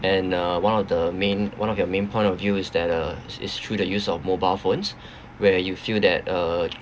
and uh one of the main one of your main point of view is that uh it's it's through the use of mobile phones where you feel that uh